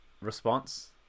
response